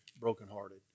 brokenhearted